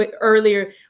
earlier